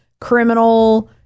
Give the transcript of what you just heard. Criminal